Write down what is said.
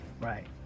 Right